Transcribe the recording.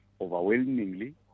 overwhelmingly